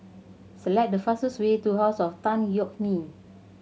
select the fastest way to House of Tan Yeok Nee